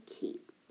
keep